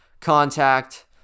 contact